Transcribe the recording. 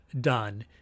done